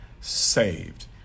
saved